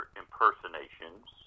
impersonations